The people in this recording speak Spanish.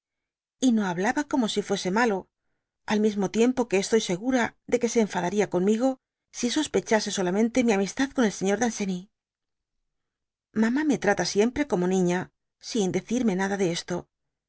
y no hablaba como si fuese malo al mismo tiempo que estoy segura de que se enfadaría conmigo si sospechase solamente mi amistad con el señor danceny mamá me trata siempre como niña sin decirme nada de esto